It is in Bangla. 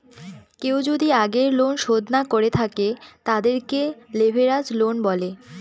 কেউ যদি আগের লোন শোধ না করে থাকে, তাদেরকে লেভেরাজ লোন বলে